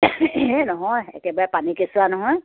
হেই নহয় একেবাৰে পানী কেঁচুৱা নহয়